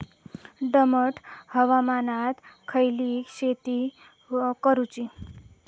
दमट हवामानात खयली शेती करूची?